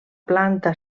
planta